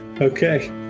Okay